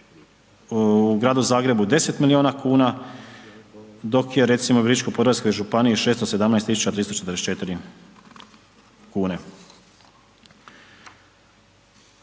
u Gradu Zagrebu 10 miliona kuna, dok je recimo u Virovitičko-podravskoj županiji 617.344 kune.